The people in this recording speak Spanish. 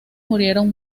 murieron